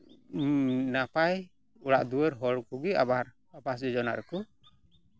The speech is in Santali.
ᱱᱟᱯᱟᱭ ᱚᱲᱟᱜ ᱫᱩᱣᱟᱹᱨ ᱦᱚᱲ ᱠᱚᱜᱮ ᱟᱵᱟᱨ ᱟᱵᱟᱥ ᱡᱳᱡᱳᱱᱟ ᱨᱮᱠᱚ